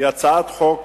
היא הצעת חוק